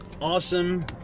Awesome